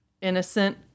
innocent